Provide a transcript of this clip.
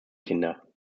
kinder